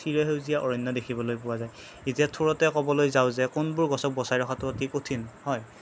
চিৰ সেউজীয়া অৰণ্য দেখিবলৈ পোৱা যায় এতিয়া থোৰতে ক'বলৈ যাওঁ যে কোনবোৰ গছক বচাই ৰখাটো অতি কঠিন হয়